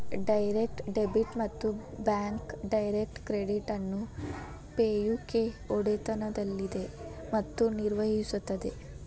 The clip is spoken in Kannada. ಡೈರೆಕ್ಟ್ ಡೆಬಿಟ್ ಮತ್ತು ಬ್ಯಾಕ್ಸ್ ಡೈರೆಕ್ಟ್ ಕ್ರೆಡಿಟ್ ಅನ್ನು ಪೇ ಯು ಕೆ ಒಡೆತನದಲ್ಲಿದೆ ಮತ್ತು ನಿರ್ವಹಿಸುತ್ತದೆ